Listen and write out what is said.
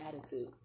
attitude